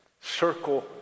circle